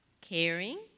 Caring